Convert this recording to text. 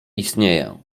istnieję